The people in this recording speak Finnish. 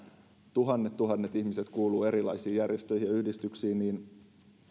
tuhannet tuhannet ihmiset kuuluvat erilaisiin järjestöihin ja yhdistyksiin